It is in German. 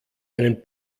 einen